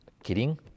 Kidding